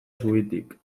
zubitik